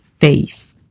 face